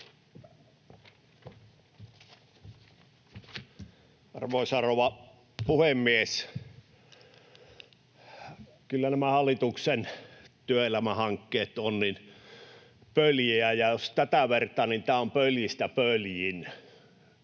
Arvoisa rouva puhemies! Kyllä nämä hallituksen työelämähankkeet ovat pöljiä, ja jos tätä vertaa, niin tämä on pöljistä pöljin.